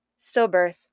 stillbirth